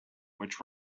which